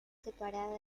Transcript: separada